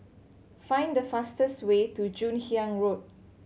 find the fastest way to Joon Hiang Road